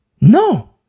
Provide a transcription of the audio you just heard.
No